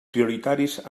prioritaris